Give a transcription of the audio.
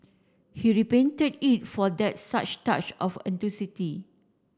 he repainted it for that such touch of